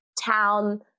town